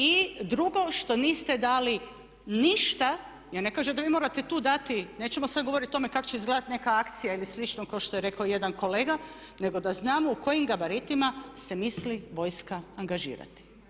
I drugo što niste dali ništa ja ne kažem da vi morate tu dati, nećemo sad govoriti o tome kako će izgledati neka akcija ili slično kao što je rekao jedan kolega, nego da znamo u kojim gabaritima se misli vojska angažirati.